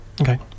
Okay